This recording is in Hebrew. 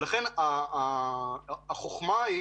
החוכמה היא